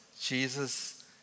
Jesus